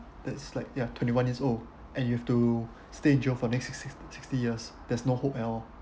it's like you are twenty one years old and you have to stay in jail for next six sixty sixty years there's no hope at all